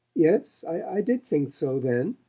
yes, i did think so then.